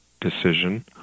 decision